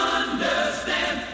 understand